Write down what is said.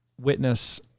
witness